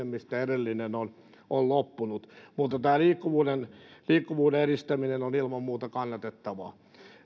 mistä edellinen on on loppunut mutta tämä liikkuvuuden liikkuvuuden edistäminen on ilman muuta kannatettavaa